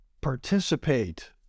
participate